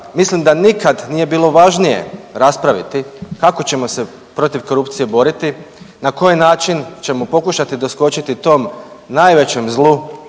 mislim da nikad nije bilo važnije raspraviti kako ćemo se protiv korupcije boriti, na koji način ćemo pokušati doskočiti tom najvećem zlu